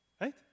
Right